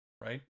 right